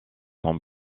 sont